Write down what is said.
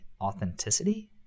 authenticity